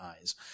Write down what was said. eyes